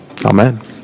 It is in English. Amen